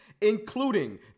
including